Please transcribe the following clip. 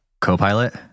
Copilot